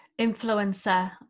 influencer